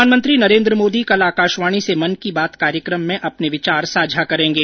प्रधानमंत्री नरेन्द्र मोदी कल आकाशवाणी से मन की बात कार्यक्रम में अपने विचार साझा करेंगे